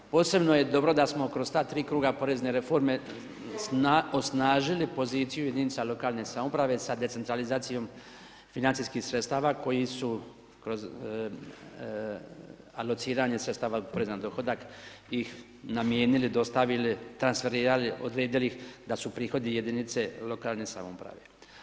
Posebno je dobro da smo kroz ta tri kruga porezne reforme osnažili poziciju jedinica lokalne samouprave sa decentralizacijom financijskih sredstava koji su kroz alociranje sredstava poreza na dohodak ih namijenili, dostavili, transferirali, odredili ih da su prihodi jedinice lokalne samouprave.